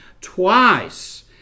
twice